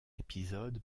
épisode